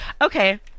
okay